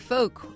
Folk